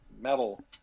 metal